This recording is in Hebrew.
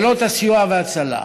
חילות הסיוע וההצלה.